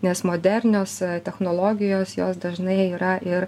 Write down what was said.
nes modernios technologijos jos dažnai yra ir